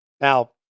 Now